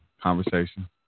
conversation